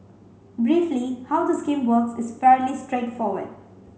briefly how the scheme works is fairly straightforward